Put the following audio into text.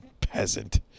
peasant